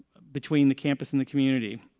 between the campus and community.